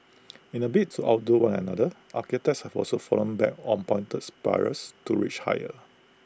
in A bid to outdo one another architects have also fallen back on pointed spires to reach higher